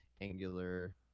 angular